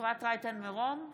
אפרת רייטן מרום,